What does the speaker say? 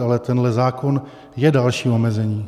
Ale tenhle zákon je dalším omezením.